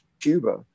cuba